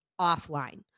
offline